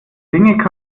dinge